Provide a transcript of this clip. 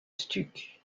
stuc